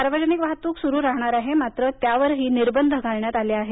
सार्वजनिक वाहतूक सुरू राहणार आहे मात्र त्यावरही निर्बंध घालण्यात आले आहेत